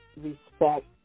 Respect